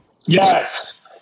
Yes